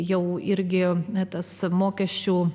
jau irgi ne tas mokesčių